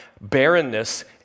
barrenness